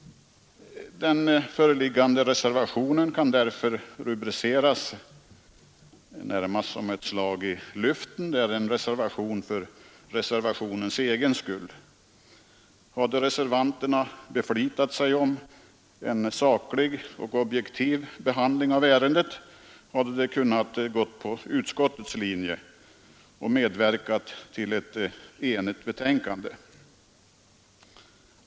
Den föreliggande reservationen kan därför rubriceras närmast som ett slag i luften, som en reservation för reservationens egen skull. Hade reservanterna beflitat sig om en saklig och objektiv behandling av ärendet, hade de kunnat följa utskottets linje och medverkat till ett enigt betänkande.